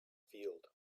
field